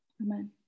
Amen